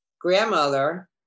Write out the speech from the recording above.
grandmother